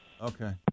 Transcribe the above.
Okay